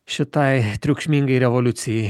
šitai triukšmingai revoliucijai